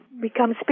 become